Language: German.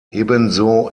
ebenso